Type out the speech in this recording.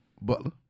Butler